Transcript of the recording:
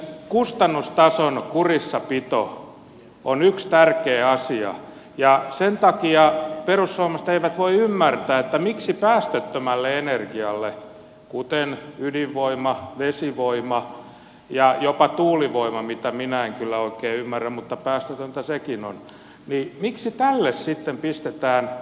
kustannustason kurissapito on yksi tärkeä asia ja sen takia perussuomalaiset eivät voi ymmärtää miksi päästöttömälle energialle kuten ydinvoimalle vesivoimalle ja jopa tuulivoimalle mitä minä en kyllä oikein ymmärrä mutta päästötöntä sekin on sitten pistetään veroa